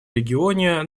регионе